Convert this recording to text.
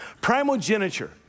Primogeniture